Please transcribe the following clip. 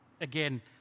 again